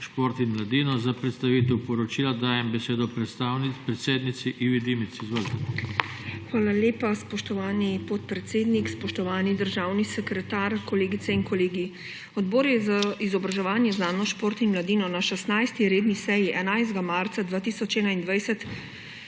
Hvala lepa, spoštovani podpredsednik. Spoštovani državni sekretar, kolegice in kolegi! Odbor za izobraževanje, znanost, šport in mladino na 16. redni seji 11. marca 2021